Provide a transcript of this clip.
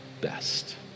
best